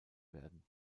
werden